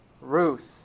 Ruth